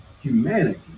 humanity